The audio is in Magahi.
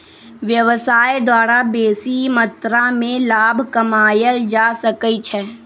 व्यवसाय द्वारा बेशी मत्रा में लाभ कमायल जा सकइ छै